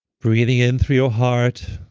breathing in through your heart,